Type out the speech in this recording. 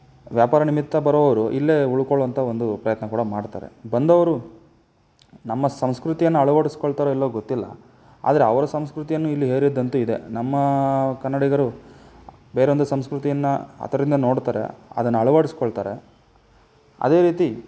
ವ್ಯಾಪಾರ ನಿಮಿತ್ತ ಬರೋವ್ರು ಇಲ್ಲೇ ಉಳ್ಕೊಳ್ಳೋಂಥ ಒಂದು ಪ್ರಯತ್ನ ಕೂಡ ಮಾಡ್ತಾರೆ ಬಂದವರು ನಮ್ಮ ಸಂಸ್ಕೃತಿಯನ್ನು ಅಳವಡಿಸ್ಕೊಳ್ತಾರೋ ಇಲ್ವೋ ಗೊತ್ತಿಲ್ಲ ಆದರೆ ಅವರ ಸಂಸ್ಕೃತಿಯನ್ನು ಇಲ್ಲಿ ಹೇರಿದ್ದಂತೂ ಇದೆ ನಮ್ಮ ಕನ್ನಡಿಗರು ಬೇರೊಂದು ಸಂಸ್ಕೃತಿಯನ್ನು ಹತ್ತರ್ದಿಂದ ನೋಡ್ತಾರೆ ಅದನ್ನು ಅಳವಡ್ಸ್ಕೊಳ್ತಾರೆ ಅದೇ ರೀತಿ